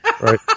Right